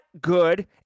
good